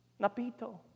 Napito